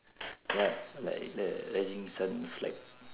ya like the rising sun flag